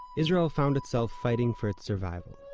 israel found itself fighting for its survival.